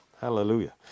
Hallelujah